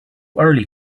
early